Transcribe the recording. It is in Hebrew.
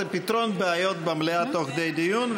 זה פתרון בעיות במליאה תוך כדי דיון,